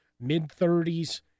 Mid-30s